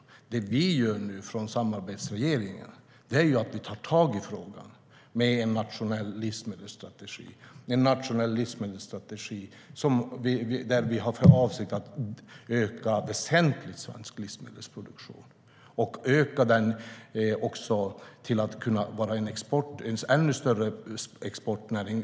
Det som vi nu gör från samarbetsregeringen är att vi tar tag i frågan genom en nationell livsmedelsstrategi där vi har för avsikt att väsentligt öka svensk livsmedelsproduktion så att den också blir en ännu större exportnäring.